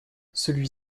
celui